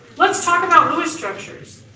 let's talk about lewis structures.